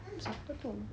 siapa tu